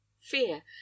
fear